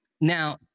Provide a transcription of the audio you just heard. Now